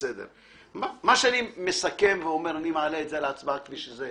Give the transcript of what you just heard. אני מסכם ומעלה את זה להצבעה כפי שזה